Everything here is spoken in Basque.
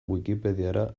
wikipediara